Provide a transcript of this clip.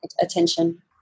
attention